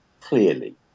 clearly